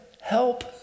help